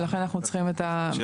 ולכן אנחנו צריכים את --- שיסבירו.